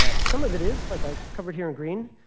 ah some of it is, like i covered here in green.